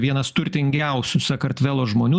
vienas turtingiausių sakartvelo žmonių